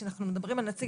כשאנחנו מדברים על נציג,